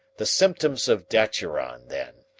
the symptoms of daturon, then,